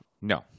no